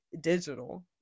digital